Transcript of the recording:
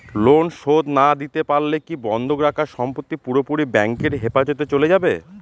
Loan শোধ না দিতে পারলে কি বন্ধক রাখা সম্পত্তি পুরোপুরি ব্যাংকের হেফাজতে চলে যাবে?